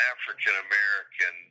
African-American